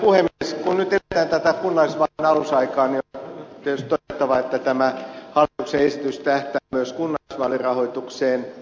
kun nyt eletään tätä kunnallisvaalien alusaikaa niin on tietysti todettava että tämä hallituksen esitys tähtää myös kunnallisvaalirahoitukseen